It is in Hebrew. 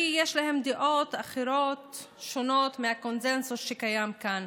יש להם דעות אחרות, שונות מהקונסנזוס שקיים כאן.